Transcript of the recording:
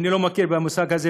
אני לא מכיר במושג הזה,